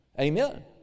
Amen